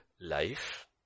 life